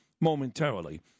momentarily